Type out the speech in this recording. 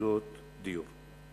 יחידות דיור.